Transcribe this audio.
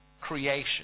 creation